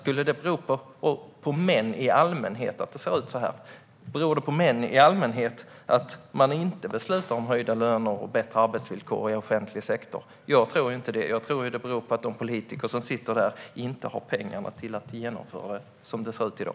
Beror det på män i allmänhet att det ser ut så här? Beror det på män i allmänhet att det inte beslutas om höjda löner och bättre arbetsvillkor inom offentlig sektor? Jag tror inte det. Jag tror att det beror på att de po-litiker som sitter där inte har tillräckligt med pengar för att genomföra det, som det ser ut i dag.